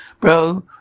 Bro